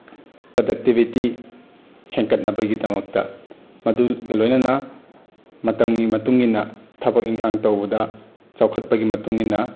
productivity ꯍꯦꯟꯒꯠꯅꯕꯒꯤꯗꯃꯛꯇ ꯑꯗꯨꯒ ꯂꯣꯏꯅꯅ ꯃꯇꯝꯒꯤ ꯃꯇꯨꯡꯏꯟꯅ ꯊꯕꯛ ꯏꯪꯈꯥꯡ ꯇꯧꯕꯗ ꯆꯥꯎꯈꯠꯄꯒꯤ ꯃꯇꯨꯡꯏꯟꯅ